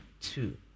two